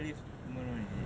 rh